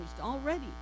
already